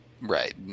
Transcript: Right